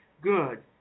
good